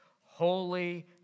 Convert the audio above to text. holy